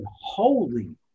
Holy